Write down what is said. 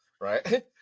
right